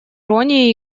иронии